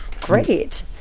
great